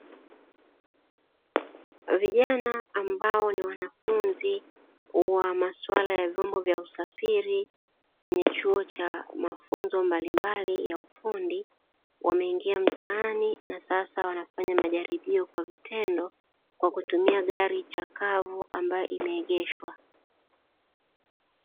Vijana ambao ni wanafunzi wa masuala ya vyombo vya usafiri, kwenye chuo cha mafunzo mbalimbali ya ufundi, wameingia mtaani na sasa wanafanya majaribio kwa vitendo, kwa kutumia gari chakavu ambayo imeegeshwa.